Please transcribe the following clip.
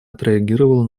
отреагировала